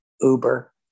Uber